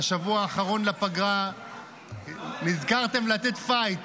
בשבוע האחרון לפגרה נזכרתם לתת פייט.